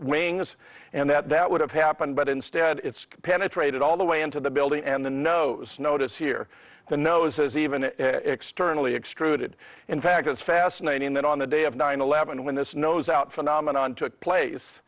wings and that that would have happened but instead it's penetrated all the way into the building and the nose notice here the nose is even externally extruded in fact it's fascinating that on the day of nine eleven when this nose out phenomenon took place